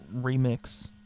remix